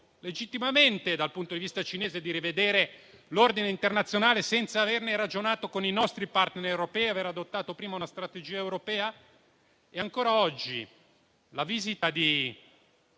legittimo dal punto di vista cinese, di rivedere l'ordine internazionale senza averne ragionato con i nostri *partner* europei e aver adottato prima una strategia europea? Ancora oggi, quella di